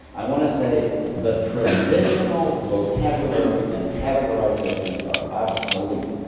i want to say the traditional vocabulary and categorisations are absolute.